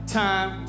time